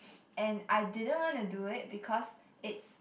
and I didn't wanna do it because it's